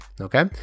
Okay